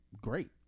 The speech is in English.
Great